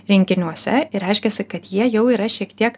rinkiniuose ir reiškiasi kad jie jau yra šiek tiek